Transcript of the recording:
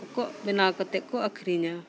ᱠᱚᱠᱚ ᱵᱮᱱᱟᱣ ᱠᱟᱛᱮᱫ ᱠᱚ ᱟᱹᱠᱷᱨᱤᱧᱟ